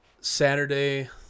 saturday